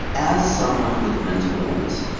as someone with a mental illness,